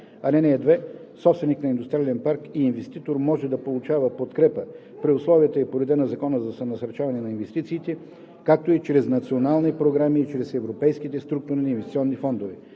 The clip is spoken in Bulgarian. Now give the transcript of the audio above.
трета. (2) Собственик на индустриален парк и инвеститор може да получава подкрепа при условията и по реда на Закона за насърчаване на инвестициите, както и чрез национални програми и чрез европейските структурни и инвестиционни фондове.